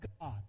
God